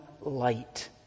light